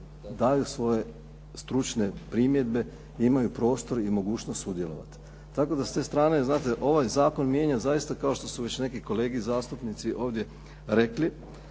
daju svoje stručne primjedbe i imaju prostor i mogućnost sudjelovati. Tako da s te strane znate ovaj zakon mijenja, kao što su već neki kolege zastupnici ovdje rekli,